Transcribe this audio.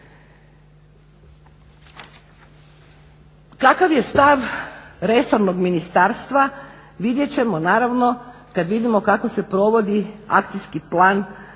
Kakav je stav resornog ministarstva vidjeti ćemo naravno kada vidimo kako se provodi akcijski plan do